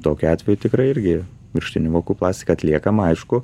tokiu atveju tikrai irgi viršutinių vokų plastika atliekama aišku